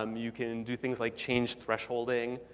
um you can do things like change thresholding